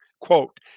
quote